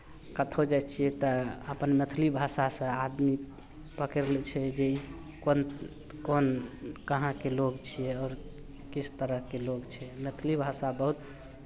कतहु जाइ छियै तऽ अपन मैथिली भाषासँ आदमी पकड़ि लै छै जे ई कोन कोन कहाँके लोक छै आओर किस तरहके लोक छै मैथिली भाषा बहुत